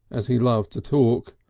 as he loved to talk.